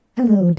Hello